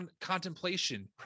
contemplation